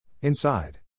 Inside